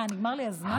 מה, נגמר לי הזמן?